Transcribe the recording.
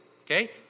Okay